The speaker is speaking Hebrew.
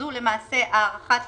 זו הארכת